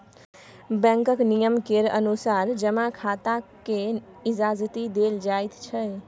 बैंकक नियम केर अनुसार जमा खाताकेँ इजाजति देल जाइत छै